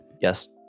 Yes